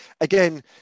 again